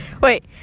wait